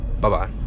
Bye-bye